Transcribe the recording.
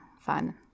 fun